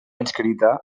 inscrita